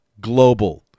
Global